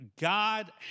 God